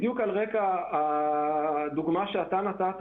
בדיוק על רקע הדוגמאות שנתת